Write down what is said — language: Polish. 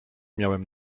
miałem